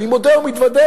אני מודה ומתוודה: